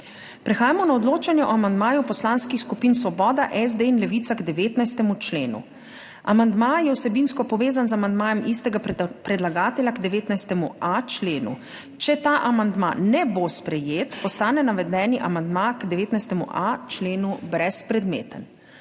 Prehajamo na odločanje o amandmaju Poslanskih skupin Svoboda, SD in Levica k 19. členu. Amandma je vsebinsko povezan z amandmajem istega predlagatelja k 19.a členu. Če ta amandma ne bo sprejet, postane navedeni amandma k 19.a členu brezpredmeten.